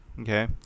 Okay